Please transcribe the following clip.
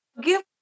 Give